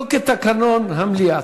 לא כתקנון המליאה.